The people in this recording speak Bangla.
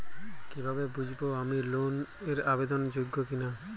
কীভাবে বুঝব আমি লোন এর আবেদন যোগ্য কিনা?